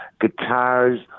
guitars